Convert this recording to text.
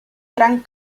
gran